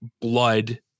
blood –